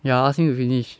ya I ask him to finish